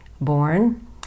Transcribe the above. born